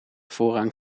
voorrang